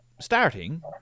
starting